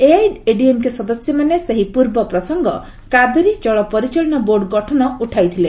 ଏଆଇଏଡିଏମ୍କେ ସଦସ୍ୟମାନେ ସେହି ପୂର୍ବ ପ୍ରସଙ୍ଗ କାବେରୀ ଜଳ ପରିଚାଳନା ବୋର୍ଡ଼ ଗଠନ ପ୍ରସଙ୍ଗ ଉଠାଇଥିଲେ